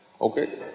okay